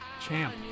Champ